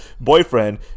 boyfriend